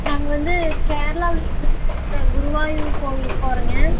நாங்கள் வந்து கேரளாவிலேர்ந்து குருவாயூர் கோவிலுக்கு போகறோங்க